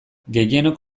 gehienok